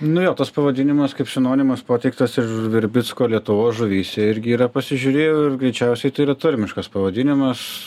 nu jo tas pavadinimas kaip sinonimas pateiktas virbicko lietuvos žuvyse irgi yra pasižiūrėjau ir greičiausiai tai yra tarmiškas pavadinimas